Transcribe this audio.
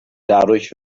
dadurch